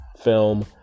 film